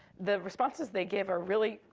the responses they give are really,